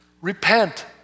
Repent